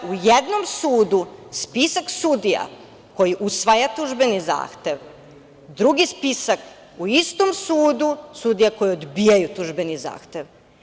U jednom sudu spisak sudija koji usvaja tužbeni zahtev, drugi spisak u istom sudu sudija koji odbijaju tužbeni zahtev.